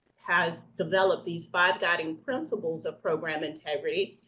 has developed these five guiding principles of program integrity,